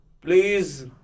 please